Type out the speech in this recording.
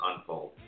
unfold